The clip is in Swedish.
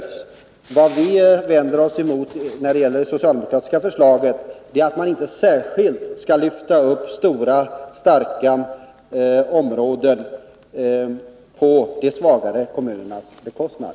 Vad vi vänder oss emot när det gäller det socialdemokratiska förslaget är att man inte särskilt skall lyfta upp stora starka områden på de svagare kommunernas bekostnad.